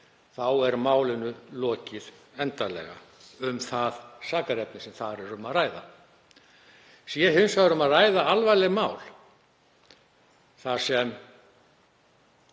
þá er málinu lokið endanlega um sakarefnið sem þar er um að ræða. Sé hins vegar um að ræða alvarleg mál, sem